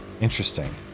Interesting